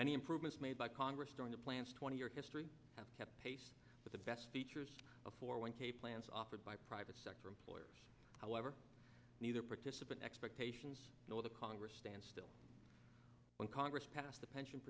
many improvements made by congress during the plant's twenty year history kept pace with the best features of four one k plans offered by private sector employers however neither participant expectation no the congress stand still when congress passed the pension